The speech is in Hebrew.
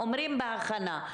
אומרים שזה בהכנה.